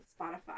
spotify